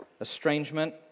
Estrangement